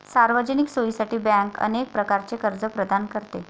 सार्वजनिक सोयीसाठी बँक अनेक प्रकारचे कर्ज प्रदान करते